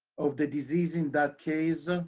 of the disease in that case